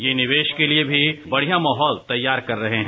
ये निवेश के लिए भी बढिया माहौल तैयार कर रहे हैं